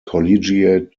collegiate